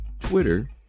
Twitter